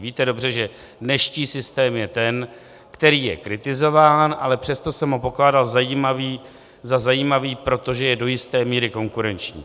Víte dobře, že dnešní systém je ten, který je kritizován, ale přesto jsem ho pokládal za zajímavý, protože je do jisté míry konkurenční.